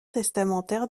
testamentaire